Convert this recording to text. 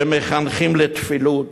שמחנכים לטפילות